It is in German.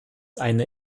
eine